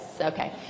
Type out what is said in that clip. Okay